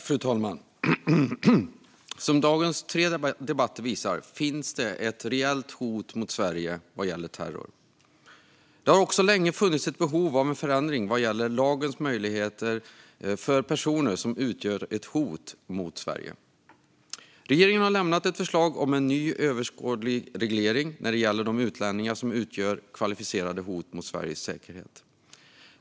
Fru talman! Som dagens tre debatter visar finns det ett reellt hot mot Sverige vad gäller terror. Det har också länge funnits ett behov av en förändring vad gäller lagens möjligheter för personer som utgör ett hot mot Sverige. Regeringen har lämnat ett förslag på en ny överskådlig reglering när det gäller de utlänningar som utgör kvalificerade hot mot Sveriges säkerhet.